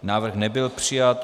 Návrh nebyl přijat.